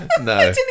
No